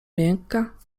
miękka